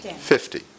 fifty